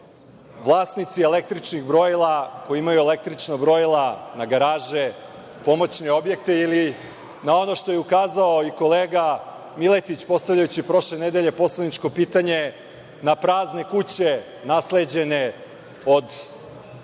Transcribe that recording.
vlasnici električnih brojila, koji imaju električna brojila na garaže, pomoćne objekte ili, na ono što je ukazao i kolega Miletić, postavljajući prošle nedelje poslaničko pitanje, na prazne kuće, nasleđene od